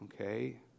okay